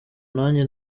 nanjye